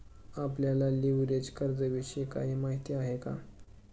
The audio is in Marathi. आपल्याला लिव्हरेज कर्जाविषयी काही माहिती आहे का?